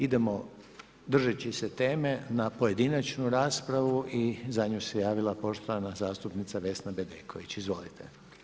Idemo držeći se teme na pojedinačnu raspravu i za nju se javila poštovana zastupnica Vesna Bedeković, izvolite.